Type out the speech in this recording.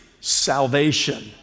salvation